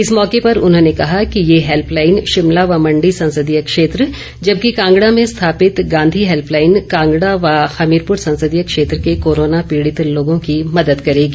इस मौके पर उन्होंने कहा कि ये हेल्पलाइन शिमला व मंडी संसदीय क्षेत्र जबकि कांगड़ा में स्थापित गांधी हेल्पलाइन कांगड़ा व हमीरपुर संसदीय क्षेत्र के कोरोना पीड़ित लोगों की मदद करेगी